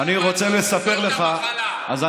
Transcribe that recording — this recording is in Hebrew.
אני רוצה לספר לך, זאת המחלה.